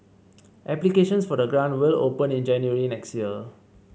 applications for the grant will open in January next year